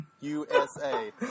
USA